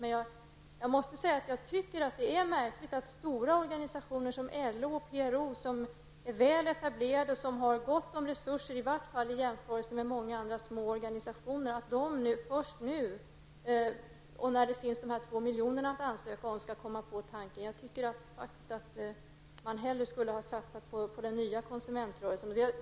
Men jag måste säga att jag tycker att det är märkligt att stora organisationer som LO och PRO, som är väl etablerade och har gott om resurser, i varje fall i jämförelse med många små organisationer, först nu när man har de 2 miljonerna att ansöka om, skall komma på den här tanken. Jag tycker faktiskt att man hellre skulle ha satsat på den nya konsumentrörelsen.